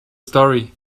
story